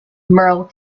merle